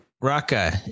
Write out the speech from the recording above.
Raka